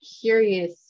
curious